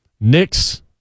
Knicks